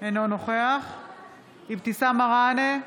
אינו נוכח אבתיסאם מראענה,